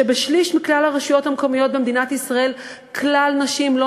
בשליש מכלל הרשויות המקומיות במדינת ישראל נשים בכלל